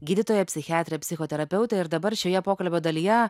gydytoja psichiatrė psichoterapeutė ir dabar šioje pokalbio dalyje